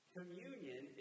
Communion